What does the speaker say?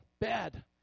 bad